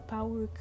power